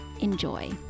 Enjoy